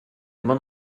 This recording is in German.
immer